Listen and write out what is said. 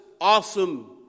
awesome